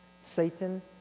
satan